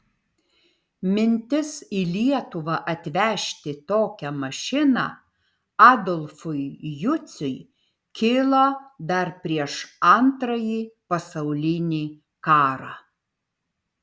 mintis į lietuvą atvežti tokią mašiną adolfui juciui kilo dar prieš antrąjį pasaulinį karą